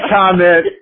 comment